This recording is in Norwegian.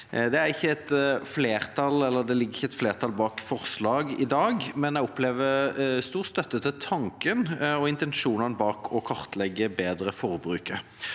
Det ligger ikke et flertall bak noen forslag i dag, men jeg opplever stor støtte til tanken og intensjonene bak å kartlegge forbruket